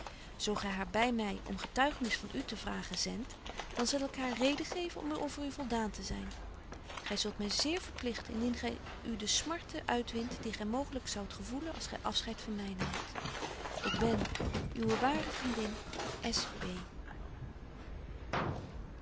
zo gy haar by my om getuigenis van u te vragen zendt dan zal ik haar reden geven om over u voldaan te zyn gy zult my zeer verpligten indien gy u de smarte uitwint die gy mooglyk zoudt gevoelen als gy afscheid van my naamt ik ben uwe ware vriendin